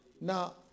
Now